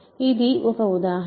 ఇది ఒక ఉదాహరణ